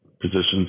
positions